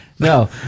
No